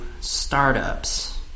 startups